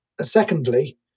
Secondly